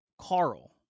Carl